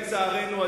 לצערנו,